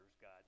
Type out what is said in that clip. God